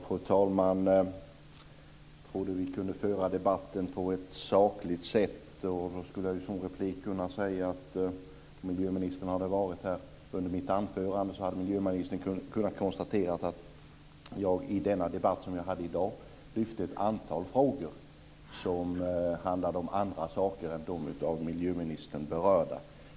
Fru talman! Jag trodde att vi kunde föra debatten på ett sakligt sätt. Jag skulle som replik kunna säga att om miljöministern hade varit här under mitt anförande hade han kunnat konstatera att jag i dagens debatt lyfte fram ett antal frågor som handlade om andra saker än det som miljöministern berörde.